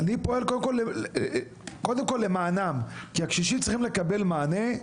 אני קודם כל פועל למענם כי הקשישים צריכים לקבל מענה,